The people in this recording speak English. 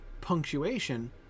punctuation